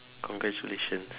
congratulations